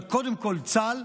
אבל קודם כול צה"ל.